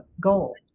goal